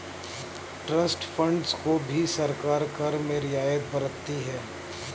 trust funds को भी सरकार कर में रियायत बरतती है